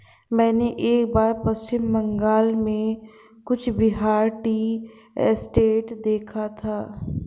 मैंने एक बार पश्चिम बंगाल में कूच बिहार टी एस्टेट देखा था